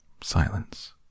Silence